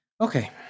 Okay